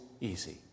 easy